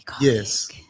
Yes